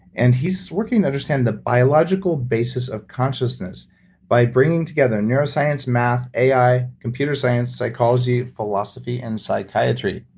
and he's working in understanding the biological basis of consciousness by bringing together neuroscience, math, ai, computer science, psychology, philosophy and psychiatry